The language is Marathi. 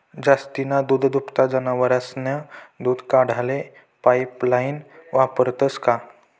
जास्तीना दूधदुभता जनावरेस्नं दूध काढाले पाइपलाइन वापरतंस का?